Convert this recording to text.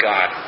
God